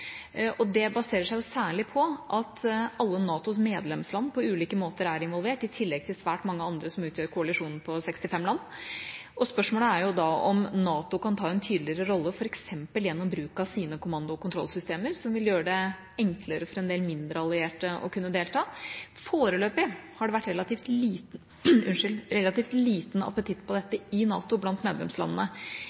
Det baserer seg særlig på at alle NATOs medlemsland på ulike måter er involvert, i tillegg til svært mange andre som utgjør koalisjonen på 65 land. Spørsmålet er da om NATO kan ta en tydeligere rolle, f.eks. gjennom bruk av sine kommando- og kontrollsystemer, noe som vil gjøre det enklere for en del mindre, allierte land å kunne delta. Foreløpig har det vært relativt liten appetitt på dette i NATO blant medlemslandene.